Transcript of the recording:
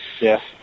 Yes